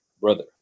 Brother